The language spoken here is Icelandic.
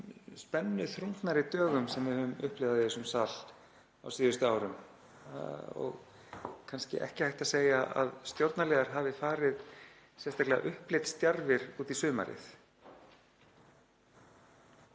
spennuþrungnari dögum sem við höfum upplifað í þessum sal á síðustu árum og kannski ekki hægt að segja að stjórnarliðar hafi farið sérstaklega upplitsdjarfir út í sumarið.